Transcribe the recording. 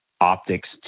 optics